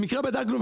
במקרה בדקנו,